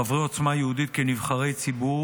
חברי עוצמה יהודית, כנבחרי ציבור